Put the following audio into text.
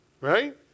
right